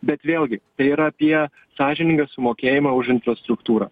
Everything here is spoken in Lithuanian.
bet vėlgi tai yra apie sąžiningą sumokėjimą už infrastruktūrą